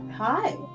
Hi